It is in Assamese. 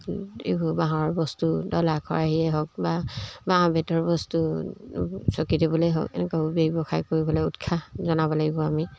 এইবোৰ বাঁহৰ বস্তু ডলা খৰাহিয়ে হওক বা বাঁহ বেতৰ বস্তু চকি টেবুলেই হওক এনেকুৱা ব্যৱসায় কৰিবলৈ উৎসাহ জনাব লাগিব আমি